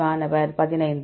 மாணவர் 15